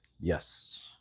Yes